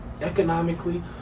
economically